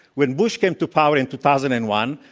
when bush came to power in two thousand and one,